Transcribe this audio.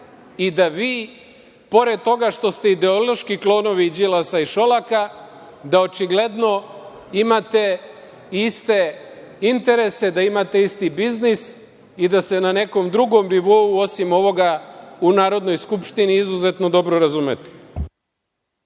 i da vi pored toga što ste ideološki klonovi Đilasa i Šolaka, da očigledno imate iste interese, da imate isti biznis i da se na nekom drugom nivou osim ovoga u Narodnoj skupštini izuzetno dobro razumete.